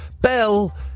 bell